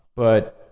but,